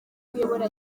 kuyobora